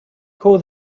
call